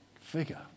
figure